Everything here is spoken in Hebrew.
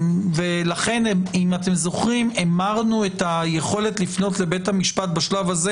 לכן המרנו את היכולת לפנות לבית המשפט בשלב הזה